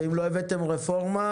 ואם לא הבאתם רפורמה